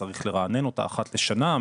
צריך לרענן אותה אחת לשנה,